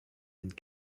and